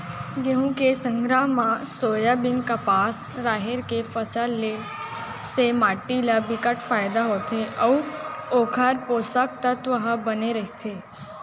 गहूँ के संघरा म सोयाबीन, कपसा, राहेर के फसल ले से माटी ल बिकट फायदा होथे अउ ओखर पोसक तत्व ह बने रहिथे